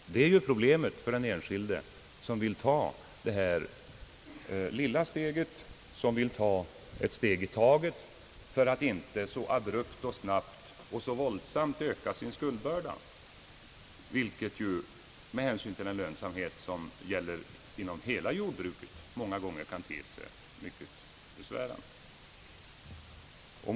Sådant är ju problemet för den enskilde jordbrukare, som vill ta ett steg i taget för att inte så snabbt och våldsamt öka sin skuldbörda, något som ju med hänsyn till den lönsamhet som gäller inom hela jordbruket många gånger kan te sig mycket besvärande.